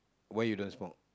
why you don't smoke